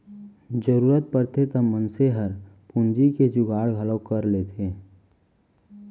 जरूरत परथे त मनसे हर पूंजी के जुगाड़ घलौ कर लेथे